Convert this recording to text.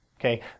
okay